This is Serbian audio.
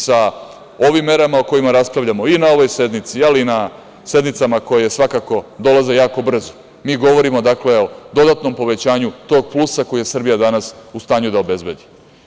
Sa ovim merama o kojima raspravljamo i na ovoj sednici, ali i na sednicama koje svakako dolaze jako brzo, mi govorimo o dodatnom povećanju tog plusa koji je Srbija danas u stanju da obezbedi.